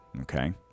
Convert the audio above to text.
Okay